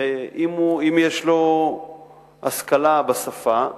ואם יש לו השכלה בשפה,